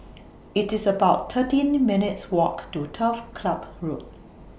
It's about thirteen minutes' Walk to Turf Ciub Road